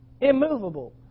Immovable